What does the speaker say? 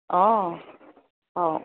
অঁ অঁ